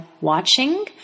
watching